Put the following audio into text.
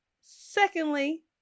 Secondly